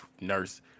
nurse